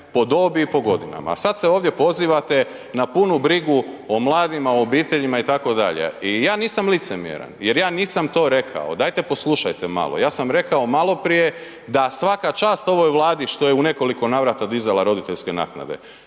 po dobi i po godinama, a sad se ovdje pozivate na punu brigu o mladima, o obiteljima itd. i ja nisam licemjeran jer ja nisam to rekao, dajte poslušajte malo. Ja sam rekao maloprije da svaka čast ovoj Vladi što je u nekoliko navrata dizala roditeljske naknade